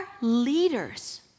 leaders